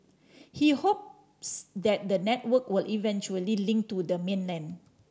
he hopes that the network will eventually link to the mainland